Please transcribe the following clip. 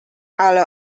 ale